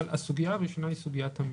הסוגיה הראשונה היא סוגיית המיסוי.